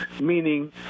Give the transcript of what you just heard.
meaning